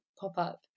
pop-up